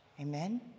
Amen